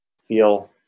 feel